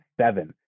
seven